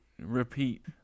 repeat